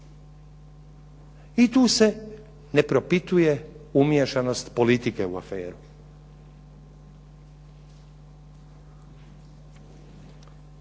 I tu se ne propituje umiješanost politike u aferu.